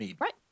Right